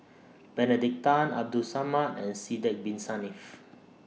Benedict Tan Abdul Samad and Sidek Bin Saniff